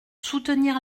soutenir